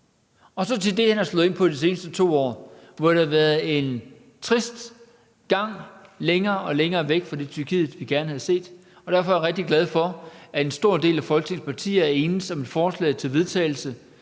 der det, han har slået ind på de seneste 2 år, hvor det har været en trist gang længere og længere væk fra det Tyrkiet, vi gerne havde set. Derfor er jeg rigtig glad for, at en stor del af Folketings partier er enedes om et forslag til vedtagelse,